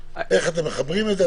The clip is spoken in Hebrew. איך אתם מחברים את זה?